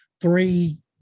three